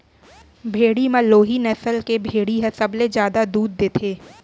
भेड़ी म लोही नसल के भेड़ी ह सबले जादा दूद देथे